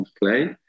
play